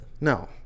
No